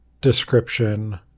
description